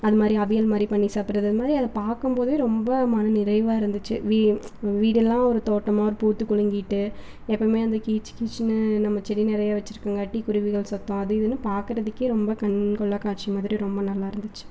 அது மாதிரி அவியல் மாதிரி பண்ணி சாப்பிடுறது அது மாதிரி அதை பார்க்கும் போதே ரொம்ப மனநிறைவாக இருந்துச்சு வீ வீடெல்லாம் ஒரு தோட்டமாக ஒரு பூத்து குலுங்கிட்டு எப்பவுமே வந்து கீச் கீச்சுனு நம்ம செடி நிறைய வச்சிருக்கங்காட்டி குருவிகள் சத்தம் அது இதுனு பார்க்குறதுக்கே ரொம்ப கண் கொள்ளாத காட்சி மாதிரி ரொம்ப நல்லா இருந்துச்சு